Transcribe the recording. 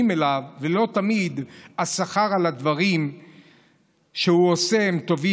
אליו ולא תמיד השכר על הדברים שהוא עושה הוא טוב.